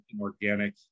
organic